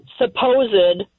supposed